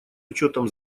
учетом